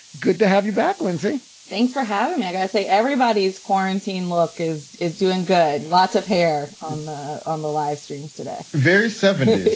good to have you back, lindsay thanks for having me. i say everybody's quarantine look is is doing good. lots of hair on on the livestream today very seventy s.